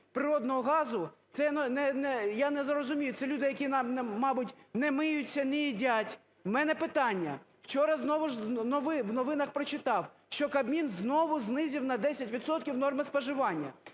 природного газу. Я не зрозумів, це люди, які, мабуть, не миються, не їдять. У мене питання. Вчора знову ж в новинах прочитав, що Кабмін знову знизив на 10 відсотків норми споживання.